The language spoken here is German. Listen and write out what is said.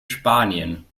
spanien